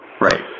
right